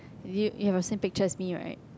you you have a same picture as me right